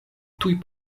tuj